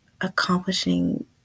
accomplishing